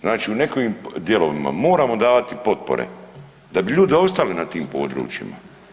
Znači u nekim dijelovima moramo davati potpore da bi ljudi opstali na tim područjima.